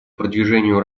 продвижению